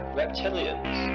reptilians